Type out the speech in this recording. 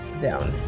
down